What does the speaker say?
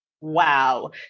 wow